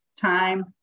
time